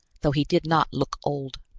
though he did not look old.